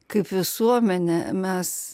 kaip visuomenė mes